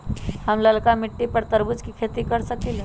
हम लालका मिट्टी पर तरबूज के खेती कर सकीले?